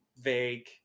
vague